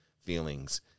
feelings